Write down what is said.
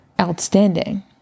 outstanding